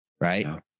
right